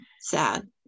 sad